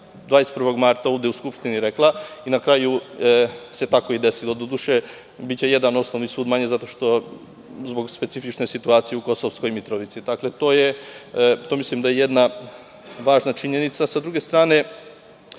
21. marta ovde u Skupštini rekla. Na kraju se tako i desilo. Doduše, biće jedan osnovni sud manje zbog specifične situacije u Kosovskoj Mitrovici. To mislim da je jedna važna činjenica.S